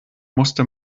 musste